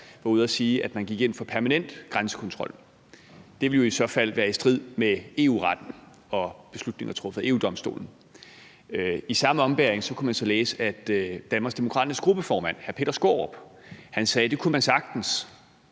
var ude at sige, at man gik ind for permanent grænsekontrol. Det vil i så fald være i strid med EU-retten og beslutninger truffet af EU-Domstolen. I samme ombæring kunne man så læse, at Danmarksdemokraternes gruppeformand, hr. Peter Skaarup, sagde, at det kunne man sagtens,